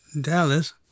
Dallas